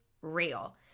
real